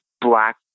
black